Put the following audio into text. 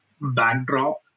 backdrop